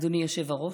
אדוני היושב-ראש,